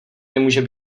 nemůže